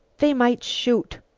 they might shoot.